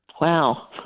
Wow